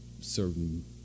certain